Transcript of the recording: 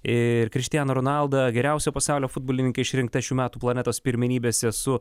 ir krištianą ronaldą geriausia pasaulio futbolininke išrinkta šių metų planetos pirmenybėse su